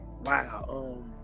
wow